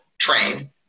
train